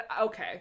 okay